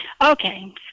Okay